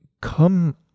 come